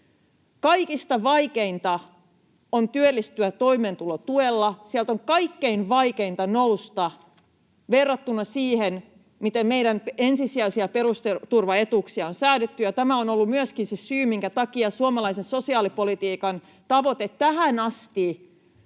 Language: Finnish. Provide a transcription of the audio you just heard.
Kaikista vaikeinta on työllistyä toimeentulotuella. Sieltä on kaikkein vaikeinta nousta verrattuna siihen, miten meidän ensisijaisia perusturvaetuuksia on säädetty. Tämä on ollut myöskin se syy, minkä takia suomalaisen sosiaalipolitiikan tavoite tähän asti